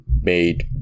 made